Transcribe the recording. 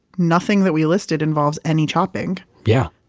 nothing that we listed involves any chopping yeah,